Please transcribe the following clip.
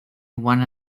one